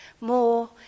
more